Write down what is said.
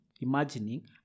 imagining